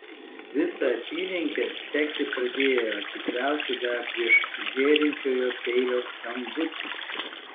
visą apylinkę sekti pradėjo tikriausiai dar prieš žėrinčiojo peilio skambutį